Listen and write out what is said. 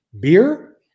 Beer